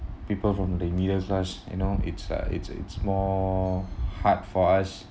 people from the middle class you know it's like it's it's more hard for us